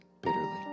bitterly